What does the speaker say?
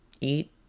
Eat